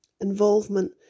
involvement